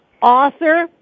author